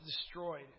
destroyed